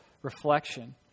reflection